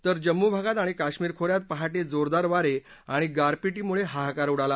तर जम्मू भागात आणि काश्मीर खोऱ्यात पहाटे जोरदार वारे आणि गारपीटीमुळे हाहाकार उडाला